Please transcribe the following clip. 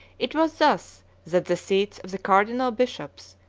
it was thus that the seats of the cardinal bishops,